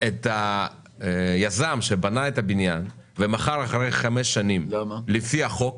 את היזם שבנה את הבניין ומכר אחרי חמש שנים לפי החוק